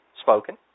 spoken